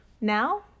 now